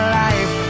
life